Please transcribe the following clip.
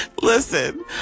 Listen